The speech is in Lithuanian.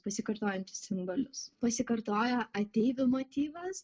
pasikartojančius simbolius pasikartoja ateivių motyvas